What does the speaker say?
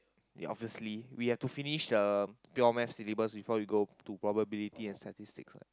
ya obviously we have to finish the pure math syllabus before we go to probability and statistics ah